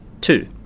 two